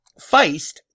Feist